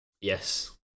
Yes